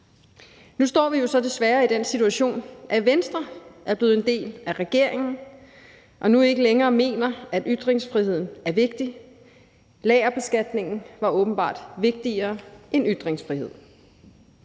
Nu står vi jo så desværre i den situation, at Venstre er blevet en del af regeringen og nu ikke længere mener, at ytringsfriheden er vigtig. Lagerbeskatningen var åbenbart vigtigere end ytringsfriheden.